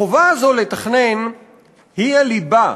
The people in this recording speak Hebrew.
החובה הזאת לתכנן היא הליבה